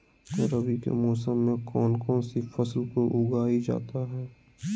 रवि के मौसम में कौन कौन सी फसल को उगाई जाता है?